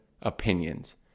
opinions